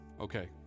okay